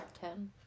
Ten